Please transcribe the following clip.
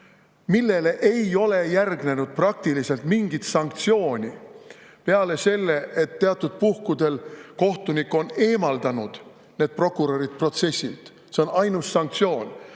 millele ei ole järgnenud praktiliselt mitte mingit sanktsiooni peale selle, et teatud puhkudel on kohtunik eemaldanud need prokurörid protsessilt, see on olnud ainus sanktsioon.